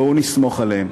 בואו נסמוך עליהם,